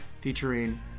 Featuring